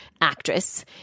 actress